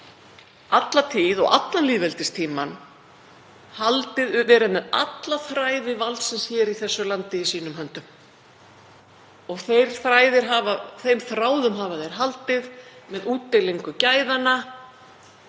alla tíð og allan lýðveldistímann, verið með alla þræði valdsins í þessu landi í sínum höndum. Þeim þráðum hafa þeir haldið með útdeilingu gæðanna,